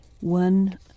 one